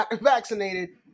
vaccinated